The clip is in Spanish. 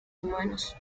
humanos